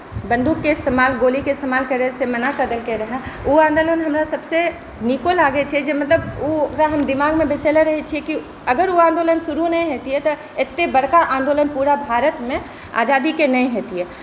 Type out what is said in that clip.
बन्दुकके इस्तमाल गोलीके इस्तमाल करै से मना कऽ देलकै रहय ओ आन्दोलन हमरा सभसे नीको लागै छै जे मतलब ओ ओकरा हम दिमागमे बैसेले रहै छी कि अगर ओ आन्दोलन शुरु नहि हेतियै तऽ एते बड़का आन्दोलन पुरा भारतमे आजादीके नहि हेतयै